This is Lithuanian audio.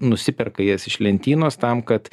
nusiperka jas iš lentynos tam kad